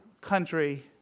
country